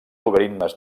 logaritmes